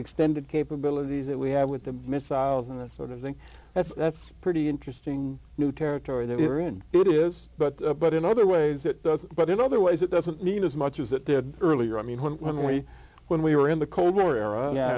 extended capabilities that we have with the missiles and the sort of thing that's that's pretty interesting new territory that we're in it is but but in other ways it does but in other ways it doesn't mean as much as it did earlier i mean when we when we were in the cold war era